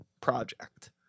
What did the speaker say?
project